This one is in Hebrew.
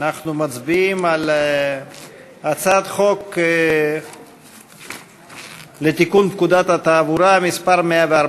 אנחנו מצביעים על הצעת חוק לתיקון פקודת התעבורה (מס' 114)